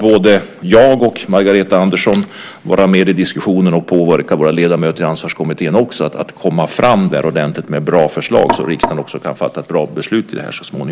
Både jag och Margareta Andersson kan vara med i diskussionen och påverka våra ledamöter i Ansvarskommittén att komma med bra förslag så att riksdagen så småningom kan fatta ett bra beslut i den här frågan.